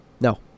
No